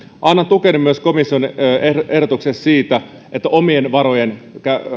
annan tukeni myös komission ehdotukseen siitä että omien varojen